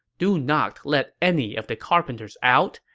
do not let any of the carpenters out,